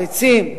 ביצים,